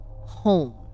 home